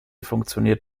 funktioniert